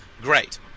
great